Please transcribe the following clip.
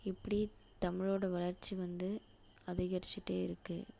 இப்படி தமிழோடய வளர்ச்சி வந்து அதிகரித்துட்டே இருக்குது